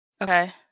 Okay